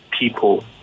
people